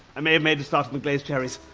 i may have made a start on the glazed cherries,